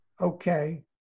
okay